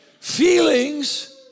Feelings